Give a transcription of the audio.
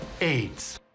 AIDS